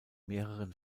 mehreren